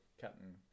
cutting